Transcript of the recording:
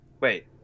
Wait